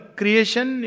creation